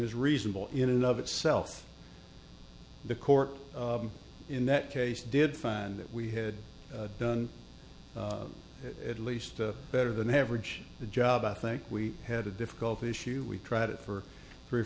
is reasonable in and of itself the court in that case did find that we had done at least a better than average job i think we had a difficult issue we tried it for three or